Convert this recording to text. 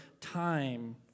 time